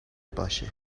باشه